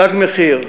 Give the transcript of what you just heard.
"תג מחיר"